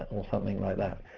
or something like that.